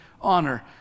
honor